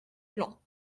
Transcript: plans